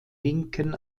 linken